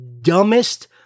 dumbest